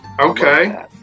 Okay